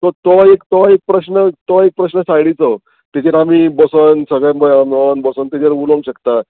so तो एक तो एक प्रस्न तो एक प्रस्न सायडीचो तेजेर आमी बसोन सगळे मेळोन मेळोन बसोन तेजेर उलोवंक शकता